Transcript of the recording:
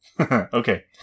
Okay